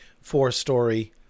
four-story